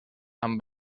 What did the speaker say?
amb